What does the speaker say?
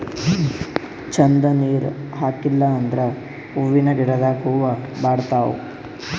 ಛಂದ್ ನೀರ್ ಹಾಕಿಲ್ ಅಂದ್ರ ಹೂವಿನ ಗಿಡದಾಗ್ ಹೂವ ಬಾಡ್ತಾವ್